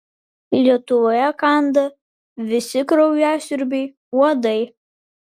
lietuvoje kanda visi kraujasiurbiai uodai